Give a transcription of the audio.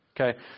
okay